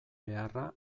beharra